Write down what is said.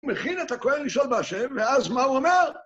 הוא מכין את הכהן לשאול בהשם, ואז מה הוא אומר?